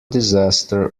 disaster